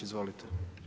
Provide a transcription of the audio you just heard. Izvolite.